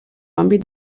àmbit